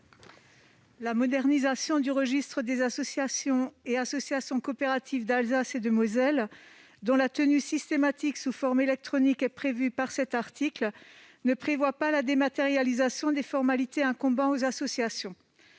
La modernisation du registre des associations et associations coopératives d'Alsace et de Moselle, dont la tenue systématique sous forme électronique est prévue par cet article, ne prévoit pas la dématérialisation des formalités leur incombant.